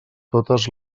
totes